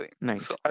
Nice